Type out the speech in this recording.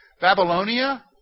Babylonia